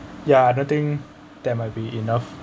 ya nothing that might be enough